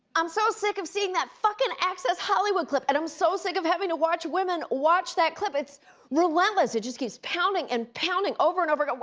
i'm so sick of seeing that fucking access hollywood clip. and i'm so sick of having to watch women watch that clip. it's relentless. it just keeps pounding and pounding over and over again.